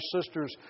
sisters